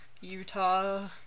Utah